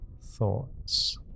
thoughts